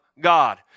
God